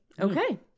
Okay